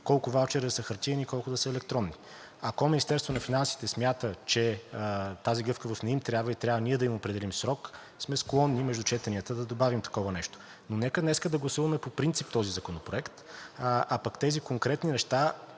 колко ваучери да са хартиени, колко да са електронни. Ако Министерството на финансите смята, че тази гъвкавост не им трябва и трябва ние да им определим срок, сме склонни между четенията да добавим такова нещо. Нека днес да гласуваме по принцип този законопроект, а пък тези конкретни неща